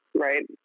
Right